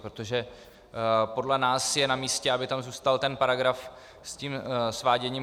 Protože podle nás je namístě, aby tam zůstal ten paragraf s tím sváděním.